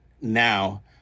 now